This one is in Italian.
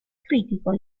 critico